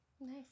Nice